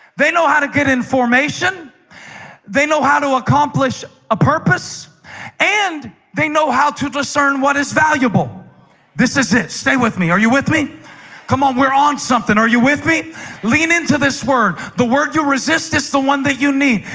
they know how to get in formation they know how to accomplish a purpose and they know how to discern what is valuable this is it stay with me. are you with me come on? we're on something are you with me lean into this word the word you resist is the one that you need?